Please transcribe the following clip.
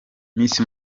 miss